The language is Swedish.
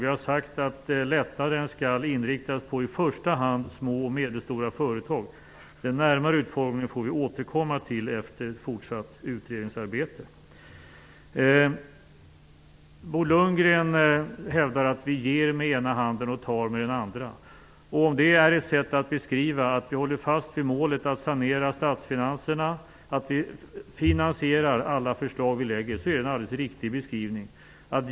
Vi har sagt att lättnaden skall inriktas på i första hand små och medelstora företag. Den närmare utformningen får vi återkomma till efter fortsatt utredningsarbete. Bo Lundgren hävdar att vi ger med den ena handen och tar med den andra. Om det är ett sätt att beskriva att vi håller fast vid målet att sanera statsfinanserna, att vi finansierar alla förslag som vi lägger fram, så är det en alldeles riktig beskrivning.